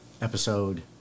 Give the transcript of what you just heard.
episode